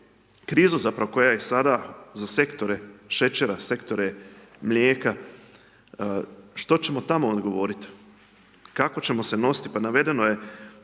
krizu zapravo koja je sada za sektore šećera, sektore mlijeka, što ćemo tamo odgovoriti, kako ćemo se nositi, pa navedeno je